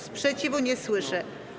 Sprzeciwu nie słyszę.